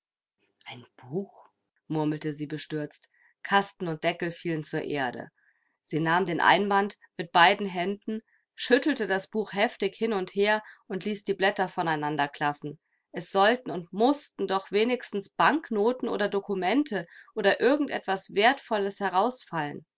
ein buch murmelte sie bestürzt kasten und deckel fielen zur erde sie nahm den einband mit beiden händen schüttelte das buch heftig hin und her und ließ die blätter von einander klaffen es sollten und mußten doch wenigstens banknoten oder dokumente oder irgend etwas wertvolles herausfallen